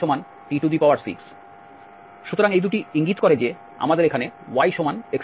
সুতরাং এই দুটি ইঙ্গিত করে যে আমাদের এখানে yx2আছে